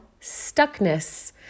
stuckness